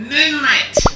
Moonlight